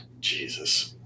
Jesus